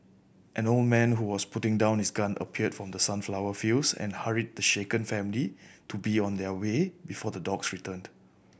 an old man who was putting down his gun appeared from the sunflower fields and hurried the shaken family to be on their way before the dogs returned